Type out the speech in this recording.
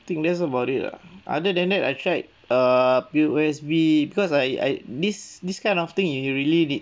think that's about it lah other than I tried err P_O_S_B because I I this this kind of thing you really need